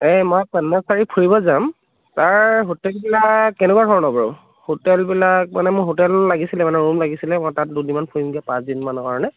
এই মই কন্যাকুমাৰী ফুৰিব যাম তাৰ হোটেলবিলাক কেনেকুৱা ধৰণৰ বাৰু হোটেলবিলাক মানে মোক হোটেল লাগিছিল মানে ৰুম লাগিছিল মই তাত দুদিনমান ফুৰিমগৈ পাঁচদিন মানৰ কাৰণে